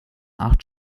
acht